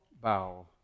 bow